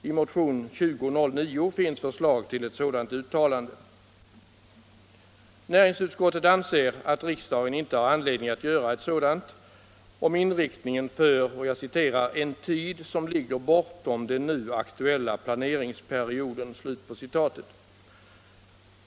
I motionen 2009 finns förslag till ett sådant uttalande. Näringsutskottet anser att riksdagen inte har anledning att göra ett sådant uttalande om inriktningen för ”en tid som ligger bortom den nu aktuella planeringsperioden”.